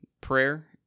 prayer